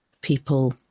people